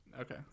Okay